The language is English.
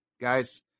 guys